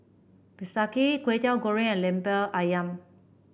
bistake Kway Teow Goreng and lemper ayam